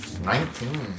Nineteen